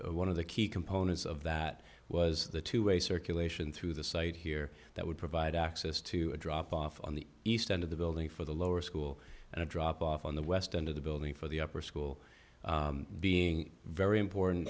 and one of the key components of that was the two way circulation through the site here that would provide access to a drop off on the east end of the building for the lower school and a drop off on the west end of the building for the upper school being very important